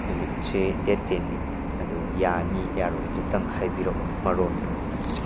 ꯅꯨꯃꯤꯠꯁꯤ date ꯇꯦꯟꯅꯤ ꯑꯗꯣ ꯌꯥꯅꯤ ꯌꯥꯔꯣꯏ ꯑꯗꯨꯇꯪ ꯍꯥꯏꯕꯤꯔꯛꯑꯣ ꯃꯔꯣꯟꯗꯣ